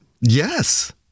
Yes